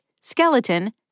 Skeleton